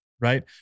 right